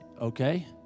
okay